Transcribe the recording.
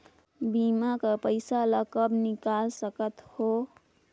बीमा कर पइसा ला कब निकाल सकत हो?